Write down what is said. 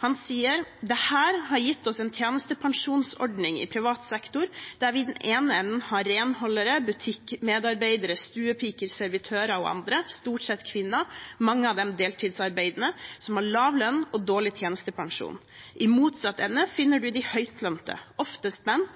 Han sier: «Dette har gitt oss en tjenestepensjonsordning i privat sektor der vi i den ene enden har renholdere, butikkmedarbeidere, stuepiker, servitører og andre – stort sett kvinner, mange av dem deltidsarbeidende – som har lav lønn og dårlig tjenestepensjon. I motsatt ende finner du de høytlønte – oftest menn